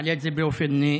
נעלה את זה באופן אישי,